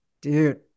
Dude